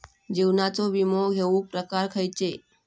जीवनाचो विमो घेऊक प्रकार खैचे?